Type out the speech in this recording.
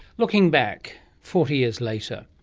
looking back forty years later,